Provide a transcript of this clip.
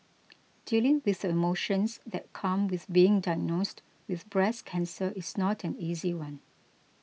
dealing with the emotions that come with being diagnosed with breast cancer is not an easy one